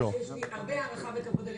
יש לי הרבה הערכה וכבוד אליך,